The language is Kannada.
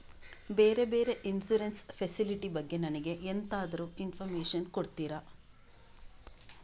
ಬೇರೆ ಬೇರೆ ಇನ್ಸೂರೆನ್ಸ್ ಫೆಸಿಲಿಟಿ ಬಗ್ಗೆ ನನಗೆ ಎಂತಾದ್ರೂ ಇನ್ಫೋರ್ಮೇಷನ್ ಕೊಡ್ತೀರಾ?